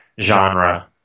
genre